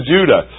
Judah